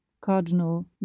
Cardinal